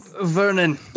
Vernon